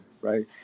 right